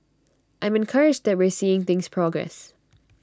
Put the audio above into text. I'm encouraged that we're seeing things progress